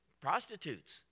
prostitutes